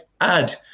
add